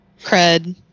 Cred